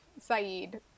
Saeed